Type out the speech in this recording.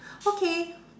okay